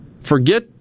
Forget